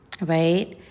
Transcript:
right